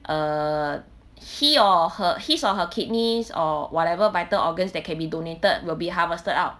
err he or her his or her kidneys or whatever vital organs that can be donated will be harvested out